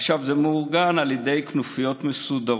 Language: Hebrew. עכשיו, זה מאורגן על ידי כנופיות מסודרות,